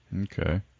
okay